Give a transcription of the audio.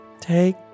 Take